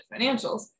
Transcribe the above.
financials